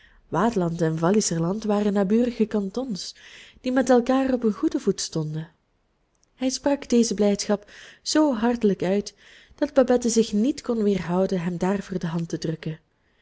waadland en walliserland waren naburige kantons die met elkaar op een goeden voet stonden hij sprak deze blijdschap zoo hartelijk uit dat babette zich niet kon weerhouden hem daarvoor de hand te drukken